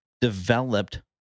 developed